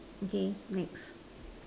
okay next